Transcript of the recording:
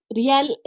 real